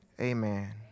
amen